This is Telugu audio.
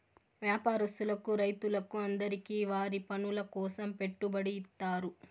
వ్యాపారస్తులకు రైతులకు అందరికీ వారి పనుల కోసం పెట్టుబడి ఇత్తారు